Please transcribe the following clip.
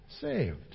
saved